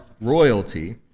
royalty